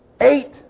eight